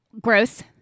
Gross